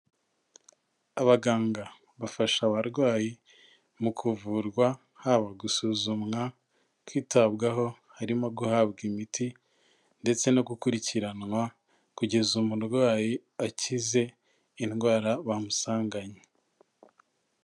Abaganga bafasha abarwayi mu kuvurwa, haba gusuzumwa, kwitabwaho harimo guhabwa imiti ndetse no gukurikiranwa kugeza umurwayi akize indwara bamusanganye.